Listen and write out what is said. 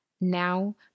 Now